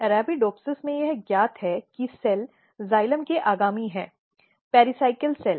Arabidopsis में यह ज्ञात है कि सेल जाइलम के आगामी है पेराइकल सेल